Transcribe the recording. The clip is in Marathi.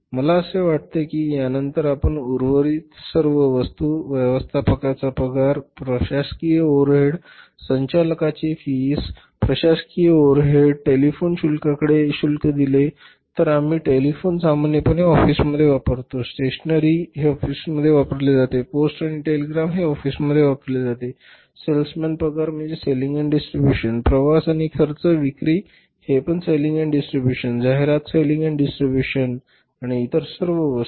मला असे वाटते की यानंतर आपण उर्वरित सर्व वस्तू व्यवस्थापकाचा पगार प्रशासकीय ओव्हरहेड्स संचालकांची फी प्रशासकीय ओव्हरहेड्स टेलिफोन शुल्काकडे लक्ष दिले तर आम्ही टेलिफोन सामान्यपणे ऑफिसमध्ये वापरतो स्टेशनरी हे ऑफिसमध्ये वापरले जाते पोस्ट आणि टेलिग्राम हे ऑफिसमध्ये वापरले जाते सेल्स मॅन पगार म्हणजे सेलींग एन्ड डिस्ट्रिब्युशन प्रवास आणि खर्च विक्री हे पण सेलींग एन्ड डिस्ट्रिब्युशन जाहिरात सेलींग एन्ड डिस्ट्रिब्युशन आणि इतर सर्व वस्तू